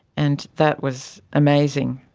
and that was amazing.